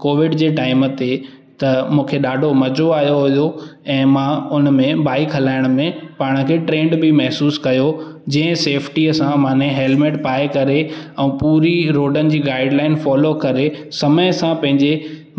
Covid जे time ते त मूंखे ॾाढो मज़ो आयो हुयो ऐं मां हुन में बाईक हलाइण में पाण खे ट्रेन बि महसूसु कयो जीअं सेफ्टीअ सां माने हैल्मेट पाए करे ऐं पूरी रोडनि जी गाइडलाइन फॉलो करे समय सां पंहिंजे